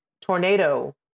tornado